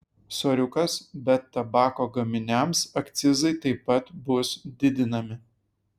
soriukas bet tabako gaminiams akcizai taip pat bus didinami